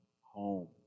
home